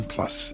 Plus